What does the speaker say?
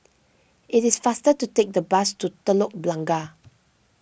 it is faster to take the bus to Telok Blangah